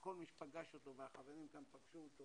כל מי שפגש אותו והחברים כאן פגשו אותו